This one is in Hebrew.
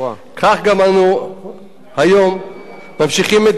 כך גם אנו היום ממשיכים את דרכו של